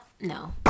no